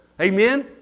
Amen